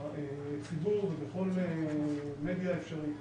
לציבור ובכל מדיה אפשרית,